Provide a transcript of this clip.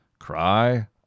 Cry